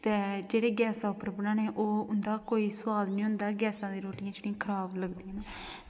ते जेह्ड़े गैसा उप्पर बनाने ते उंदा कोई सोआद निं होंदा गैसा दियां रुट्टियां जेह्ड़ियां खराब लगदियां